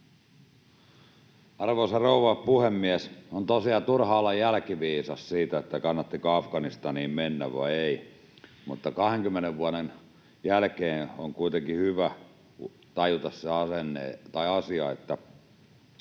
Arvoisa rouva puhemies! On tosiaan turha olla jälkiviisas siitä, kannattiko Afganistaniin mennä vai ei, mutta 20 vuoden jälkeen on kuitenkin hyvä tajuta se asia, että